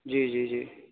جی جی جی